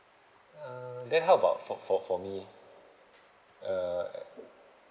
uh then how about for for for me uh